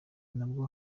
nubwo